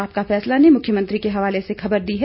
आपका फैसला ने मुख्यमंत्री के हवाले से खबर दी है